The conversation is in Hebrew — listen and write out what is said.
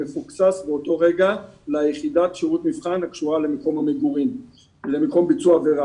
באותו רגע ליחידת שירות המבחן שקשורה למקום ביצוע העבירה